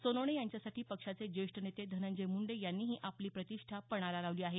सोनवणे यांच्यासाठी पक्षाचे जेष्ठ नेते धनंजय मुंडे यांनीही आपली प्रतिष्ठा पणाला लावली आहे